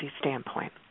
standpoint